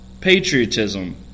patriotism